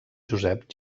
josep